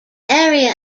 area